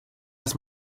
das